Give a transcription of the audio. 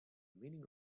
meaning